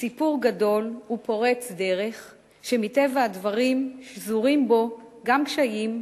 סיפור גדול ופורץ דרך שמטבע הדברים שזורים בו גם קשיים,